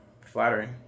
flattering